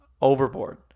Overboard